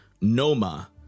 Noma